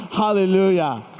Hallelujah